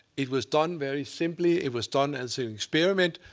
it was done very simply. it was done as an experiment.